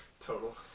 total